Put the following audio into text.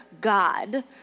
God